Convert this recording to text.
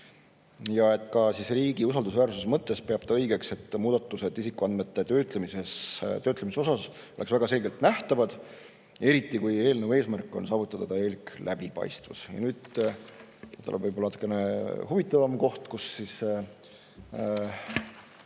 Ja ka riigi usaldusväärsuse mõttes peab ta õigeks, et muudatused isikuandmete töötlemise osas oleks väga selgelt nähtavad. Eriti, kui eelnõu eesmärk on saavutada täielik läbipaistvus. Nüüd tuleb võib-olla natukene huvitavam koht, kus